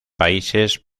países